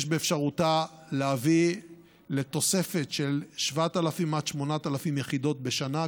יש באפשרותה להביא לתוספת של 7,000 עד 8,000 יחידות בשנה,